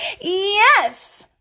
yes